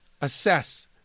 assess